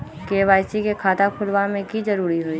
KYC के खाता खुलवा में की जरूरी होई?